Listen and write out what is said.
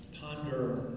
ponder